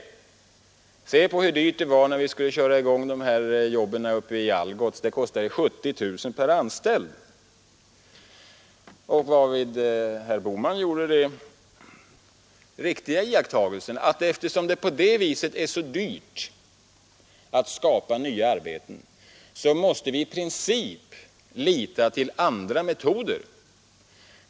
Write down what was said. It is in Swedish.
Tänk på hur dyrt det var när vi skulle köra i gång jobben med Algots. Det kostade 70 000 kronor per anställd”. Herr Bohman gjorde då den riktiga iakttagelsen att eftersom det är så dyrt att på det sättet skapa nya arbeten, måste vi i princip lita till andra metoder.